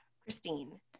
Christine